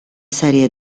serie